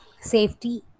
safety